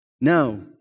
No